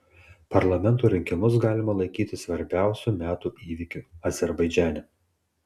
parlamento rinkimus galima laikyti svarbiausiu metų įvykiu azerbaidžane